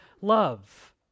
love